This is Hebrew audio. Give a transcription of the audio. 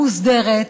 מוסדרת,